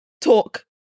Talk